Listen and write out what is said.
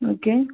okay